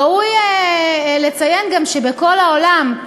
ראוי לציין גם שבכל העולם,